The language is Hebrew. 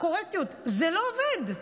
הקורקטיות, זה לא עובד.